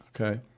okay